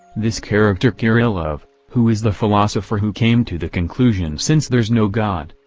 this character kirillov, who is the philosopher who came to the conclusion since there's no god,